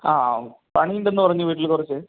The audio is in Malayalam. ആ പണിയുണ്ടെന്ന് പറഞ്ഞു വീട്ടില് കുറച്ച്